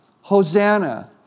Hosanna